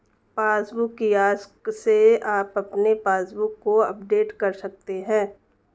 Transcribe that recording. passbook kiosk से आप अपने पासबुक को अपडेट कर सकते हैं